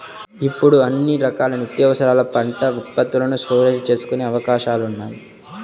ఇప్పుడు అన్ని రకాల నిత్యావసరాల పంట ఉత్పత్తులను స్టోరేజీ చేసుకునే అవకాశాలున్నాయి